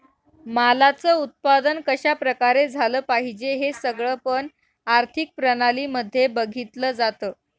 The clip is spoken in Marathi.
मालाच उत्पादन कशा प्रकारे झालं पाहिजे हे सगळं पण आर्थिक प्रणाली मध्ये बघितलं जातं